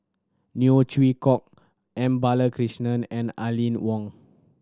Neo Chwee Kok M Balakrishnan and Aline Wong